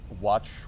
Watch